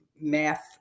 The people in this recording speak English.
math